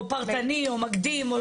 או פרטני או מקדים.